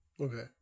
Okay